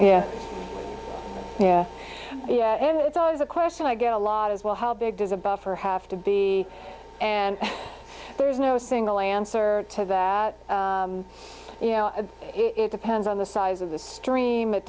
yeah yeah yeah and it's always a question i get a lot as well how big does a buffer have to be and there's no single answer to that you know it depends on the size of the stream it